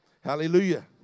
Hallelujah